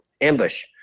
ambush